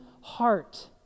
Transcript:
heart